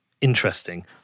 interesting